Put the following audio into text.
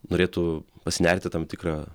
norėtų pasinert į tam tikrą